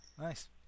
Nice